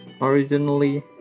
originally